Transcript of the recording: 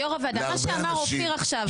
יו"ר הוועדה, מה שאמר אופיר עכשיו.